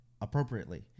appropriately